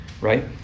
right